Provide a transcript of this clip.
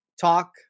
talk